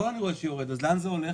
אם הכל יורד, לאן זה הולך?